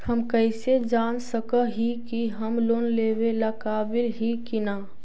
हम कईसे जान सक ही की हम लोन लेवेला काबिल ही की ना?